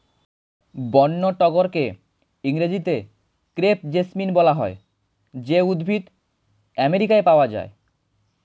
বন্য টগরকে ইংরেজিতে ক্রেপ জেসমিন বলা হয় যে উদ্ভিদ আমেরিকায় পাওয়া যায়